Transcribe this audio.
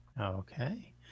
okay